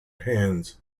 hands